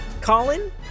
Colin